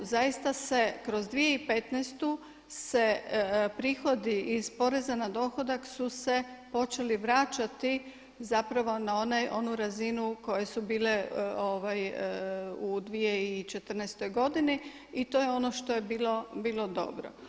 Zaista se kroz 2015. se prihod iz poreza na dohodak su se počeli vraćati zapravo na onu razinu koje su bile u 2014. godini i to je ono što je bilo dobro.